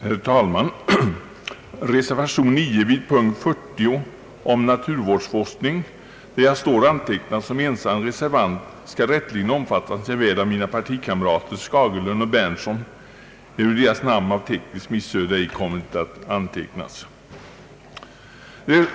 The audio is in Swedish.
Herr talman! Reservationen vid punkten 40 om naturvårdsforskning, där jag står antecknad som ensam reservant, skall rätteligen omfattas jämväl av mina partikamrater Skagerlund och Berndtsson, ehuru deras namn på grund av ett tekniskt missöde ej kommit att antecknas.